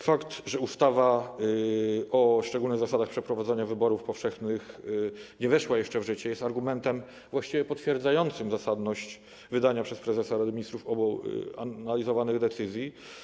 Fakt, że ustawa o szczególnych zasadach przeprowadzania wyborów powszechnych nie weszła jeszcze w życie, jest argumentem właściwie potwierdzającym zasadność wydania przez prezesa Rady Ministrów obu analizowanych decyzji.